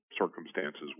circumstances